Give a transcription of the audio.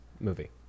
movie